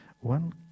one